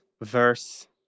verse